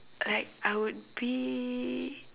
like I would be